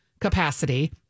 capacity